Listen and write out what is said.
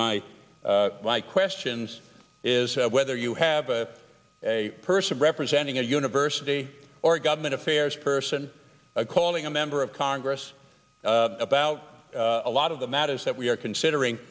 my my questions is whether you have a person representing a university or government affairs person calling a member of congress about a lot of the matters that we are considering